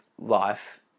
life